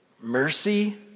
Mercy